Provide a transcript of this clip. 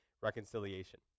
reconciliation